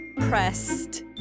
pressed